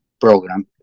program